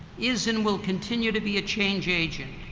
is and will continue to be a change agent.